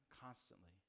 constantly